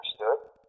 understood